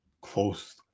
close